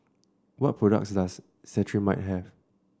what products does Cetrimide have